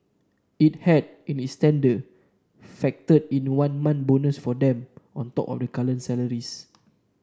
it had in its tender factored in one month bonus for them on top of their current salaries